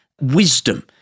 wisdom